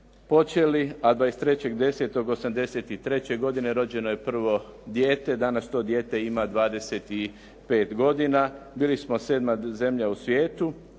počeli, a 23. 10. '83. godine rođeno je prvo dijete. Danas to dijete ima 25 godina. Bili smo 7. zemlja u svijetu.